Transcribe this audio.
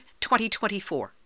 2024